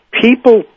People